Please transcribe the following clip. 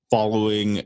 Following